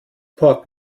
port